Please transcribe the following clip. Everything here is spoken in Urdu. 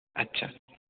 اچھا